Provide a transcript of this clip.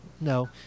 No